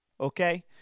okay